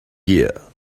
year